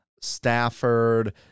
Stafford